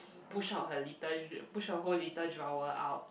push out her little push out whole little drawer out